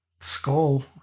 skull